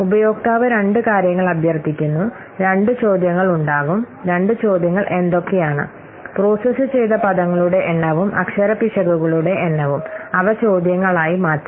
ഉപയോക്താവ് രണ്ട് കാര്യങ്ങൾ അഭ്യർത്ഥിക്കുന്നു 2 ചോദ്യങ്ങൾ ഉണ്ടാകും 2 ചോദ്യങ്ങൾ എന്തൊക്കെയാണ് പ്രോസസ്സ് ചെയ്ത പദങ്ങളുടെ എണ്ണവും അക്ഷര പിശകുകളുടെ എണ്ണവും അവ ചോദ്യങ്ങളായി മാറ്റാം